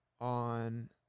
on